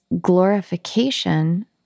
glorification